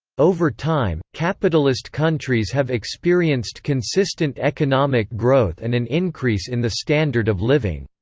over time, capitalist countries have experienced consistent economic growth and an increase in the standard of living.